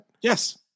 yes